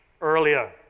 earlier